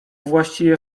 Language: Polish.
właściwie